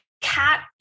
cat